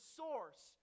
source